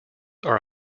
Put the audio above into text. are